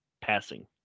passing